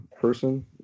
person